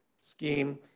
scheme